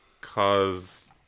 cause